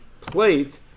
plate